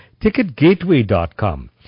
Ticketgateway.com